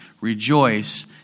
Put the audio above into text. Rejoice